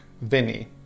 Vinny